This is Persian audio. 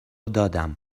دادم